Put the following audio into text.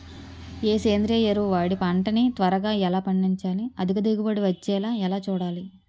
ఏ సేంద్రీయ ఎరువు వాడి పంట ని త్వరగా ఎలా పండించాలి? అధిక దిగుబడి వచ్చేలా ఎలా చూడాలి?